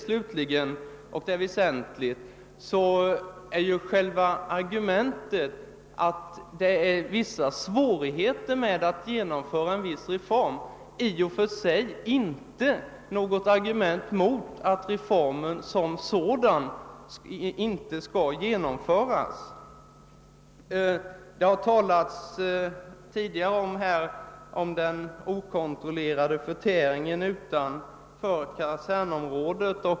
Slutligen är resonemanget att det är svårt att genomföra en viss reform i och för sig inte något argument mot att genomföra reformen. Här har också talats om den okontrollerade ölkonsumtionen utanför kasernområdet.